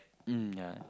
mm ya